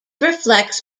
reflects